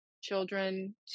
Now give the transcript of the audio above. children